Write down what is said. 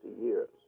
years